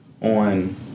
on